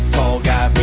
tall guy, but